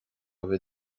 bhfuil